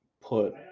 put